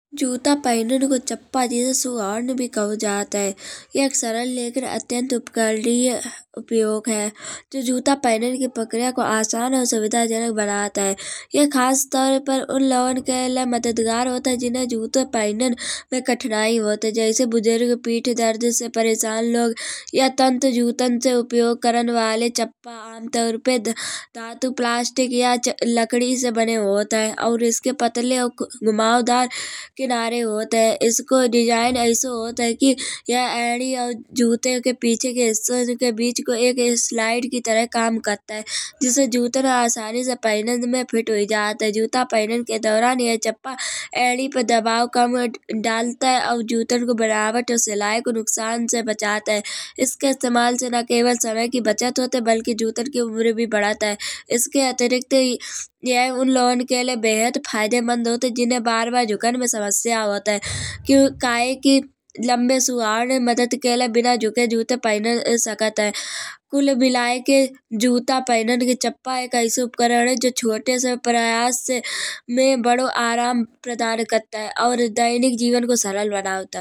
जूता पहान को चप्पा जिसे सुहांड भी कहो जात है। यह एक सरलख अत्यंत उपकारदायी उपयोग है। जो जूता पहान की प्रक्रिया को आसान और सुविधाजनक बनत है। यह खासतौर पर उन लोगन के लय मददगार होत है जिन्हे जूतो पहानन में कठिनाई होत है। जैसे बुजुर्ग पीठ दर्द से परेशान लोग यह तंत्र जूटन से उपयोग करन वाले चप्पा आमतौर पे धातु प्लास्टिक या लकड़ी से बने होत है। और इसके पतले घुमावदार किनारे होत है। इसको डिजाइन ऐसो होत है की यह एड़ी और जूते के पीछे के हिस्सन के बीच को एक स्लाइड की तरह काम करत है। जिससे जूटन आसानी से पहानन में फिट हुई जात है। जूता पहानन के दौरान यह चप्पा एड़ी पे दबाव कम डालत है और जूटन को बनावट और सिलाई को नुकसान से बचत है। इसके इस्तेमाल से ना केवल समय की बचत होत है बल्कि जूटन की उम्र भी बढ़त है। इसके अतिरिक्त यह उन लोगन के लय बेहद फायदेमंद होत है जिन्हे बार बार झुकन में समस्या आवत है। कायेंकी लंबे सुहाड़ में मदद के लय बिना झुके जूते पहने सकत है। कुल मिलायके जूता पहानन का चप्पा एक ऐसे उपकरण है जो छोटे से प्रयास से में बड़ा आराम प्रदान करत है। और दैनिक जीवन को सरल बनौत है।